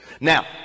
Now